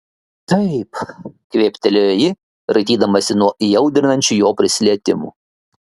taip kvėptelėjo ji raitydamasi nuo įaudrinančių jo prisilietimų